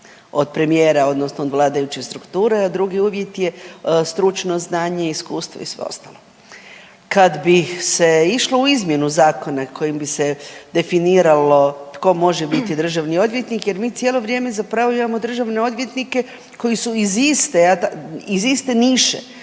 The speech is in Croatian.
od premijera, odnosno od vladajuće strukture. A drugi uvjet je stručno znanje, iskustvo i sve ostalo. Kad bi se išlo u izmjenu zakona kojim bi se definiralo tko može biti državni odvjetnik, jer mi cijelo vrijeme zapravo imamo državne odvjetnike koji su iz iste niše.